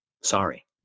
Sorry